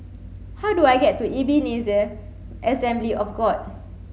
how do I get to Ebenezer Assembly of God